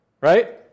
right